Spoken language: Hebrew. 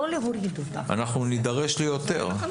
אנחנו נידרש ליותר.